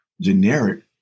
generic